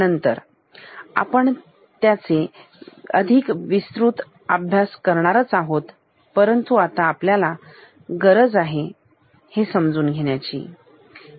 नंतर आपण त्याचा अधिक विस्तृत अभ्यास करणारच आहोत परंतु आता आपल्याला फक्त गरज आहे हे समजून घेण्याची